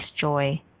joy